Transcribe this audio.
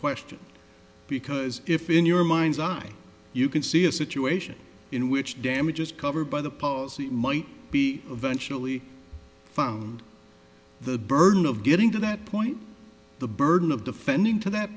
question because if in your mind's eye you can see a situation in which damage is covered by the posy might be eventually found the burden of getting to that point the burden of defending to that